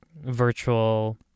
virtual